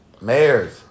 mayors